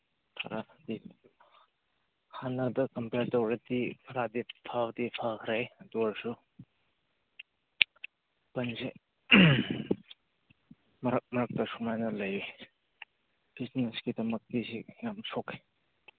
ꯈꯔꯗꯤ ꯍꯥꯟꯅꯗ ꯀꯝꯄ꯭ꯌꯔ ꯇꯧꯔꯗꯤ ꯈꯔꯗꯤ ꯐꯗꯤ ꯐꯈ꯭ꯔꯦ ꯑꯗꯨ ꯑꯣꯏꯔꯁꯨ ꯕꯟꯁꯤ ꯃꯔꯛ ꯃꯔꯛꯇ ꯁꯨꯃꯥꯏꯅ ꯂꯩꯌꯦ ꯕꯤꯖꯤꯅꯦꯁꯀꯤꯃꯛꯇꯤ ꯁꯤ ꯌꯥꯝ ꯁꯣꯛꯑꯦ